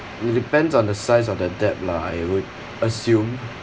it depends on the size of the debt lah I would assume